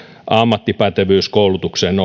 ammattipätevyyskoulutuksen